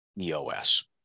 EOS